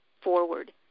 forward